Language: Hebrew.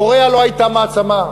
קוריאה לא הייתה מעצמה.